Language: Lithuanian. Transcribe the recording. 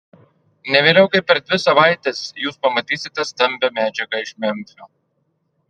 ne vėliau kaip per dvi savaites jūs pamatysite stambią medžiagą iš memfio